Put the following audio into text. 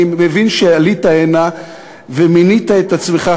אני מבין שעלית הנה ומינית את עצמך,